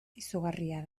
izugarria